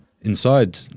Inside